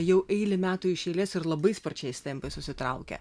jau eilę metų iš eilės ir labai sparčiais tempais susitraukia